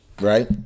right